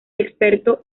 experto